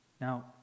Now